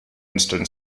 eastern